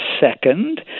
second